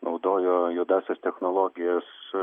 naudojo juodąsias technologijas